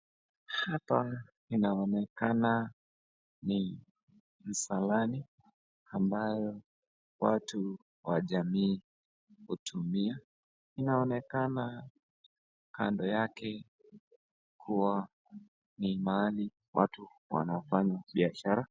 Hapa inaonekana ni msalani ambayo watu wa jamii hutumia, inaonekana kando yake kuwa ni mahali watu wanafanya biashara.